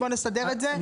בוא נסדר את זה,